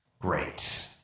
Great